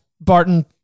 Barton